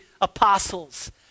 apostles